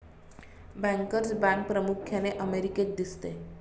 bankers bank प्रामुख्याने अमेरिकेत दिसते